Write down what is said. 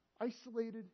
isolated